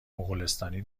مغولستانی